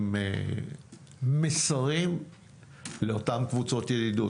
עם מסרים לאותן קבוצות ידידות.